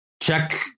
Check